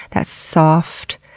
that soft,